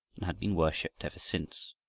and had been worshiped ever since.